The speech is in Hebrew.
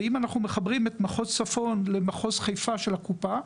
ואם אנחנו מחברים את מחוז צפון למחוז חיפה של הקופה,